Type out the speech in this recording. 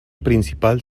principal